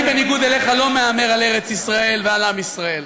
אני בניגוד אליך לא מהמר על ארץ-ישראל ועל עם ישראל.